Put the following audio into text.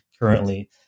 currently